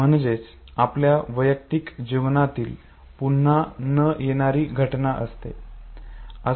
म्हणजे आपल्या वैयक्तिक जीवनातली पुन्हा न येणारी घटना असते